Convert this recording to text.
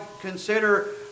consider